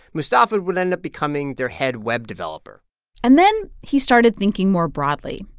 mustafa would end up becoming their head web developer and then he started thinking more broadly.